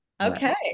Okay